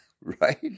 Right